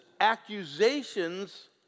accusations